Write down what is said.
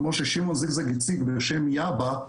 כמו ששמעון הציג בשם 'יאבה',